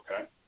Okay